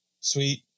Sweet